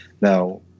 Now